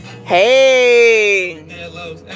Hey